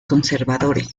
conservadores